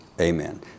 amen